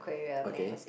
okay